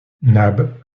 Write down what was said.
nab